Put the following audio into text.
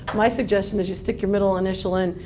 my suggestion is you stick your middle initial in,